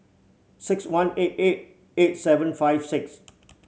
six one eight eight eight seven five six